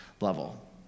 level